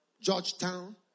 Georgetown